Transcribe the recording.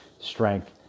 strength